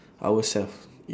ourselves